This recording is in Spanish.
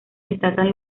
destacan